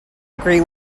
agree